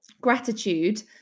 gratitude